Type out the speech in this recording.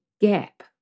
gap